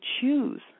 choose